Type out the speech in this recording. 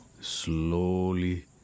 slowly